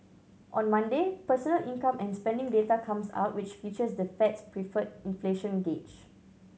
on Monday personal income and spending data comes out which features the Fed's preferred inflation gauge